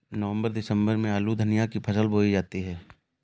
नवम्बर दिसम्बर में आलू धनिया की फसल बोई जाती है?